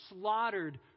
slaughtered